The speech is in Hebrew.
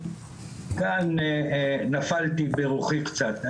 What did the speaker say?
כאן נפלתי ברוחי קצת.